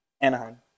Anaheim